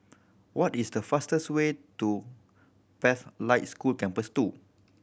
what is the fastest way to Pathlight School Campus Two